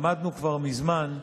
למדנו כבר מזמן,